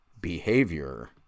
behavior